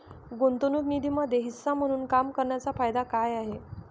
गुंतवणूक निधीमध्ये हिस्सा म्हणून काम करण्याच्या फायदा काय आहे?